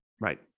Right